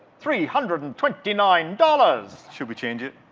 three hundred and twenty nine dollars! should we change it?